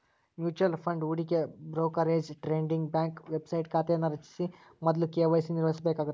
mutual fund ಹೂಡಿಕೆ brokerage trading bank website ಖಾತೆಯನ್ನ ರಚಿಸ ಮೊದ್ಲ ಕೆ.ವಾಯ್.ಸಿ ನಿರ್ವಹಿಸಬೇಕಾಗತ್ತ